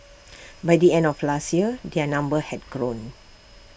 by the end of last year their number had grown